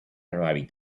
arabic